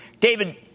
David